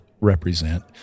represent